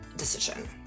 Decision